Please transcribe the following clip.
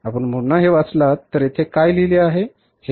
आपण पुन्हा हे वाचलात तर येथे काय लिहिले आहे